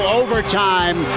overtime